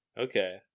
Okay